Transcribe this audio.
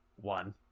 One